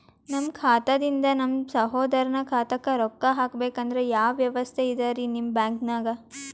ನಮ್ಮ ಖಾತಾದಿಂದ ನಮ್ಮ ಸಹೋದರನ ಖಾತಾಕ್ಕಾ ರೊಕ್ಕಾ ಹಾಕ್ಬೇಕಂದ್ರ ಯಾವ ವ್ಯವಸ್ಥೆ ಇದರೀ ನಿಮ್ಮ ಬ್ಯಾಂಕ್ನಾಗ?